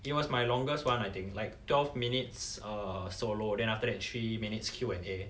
it was my longest one I think like twelve minutes err solo then after that three minutes Q&A